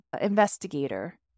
investigator